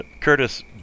Curtis